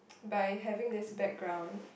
by having this background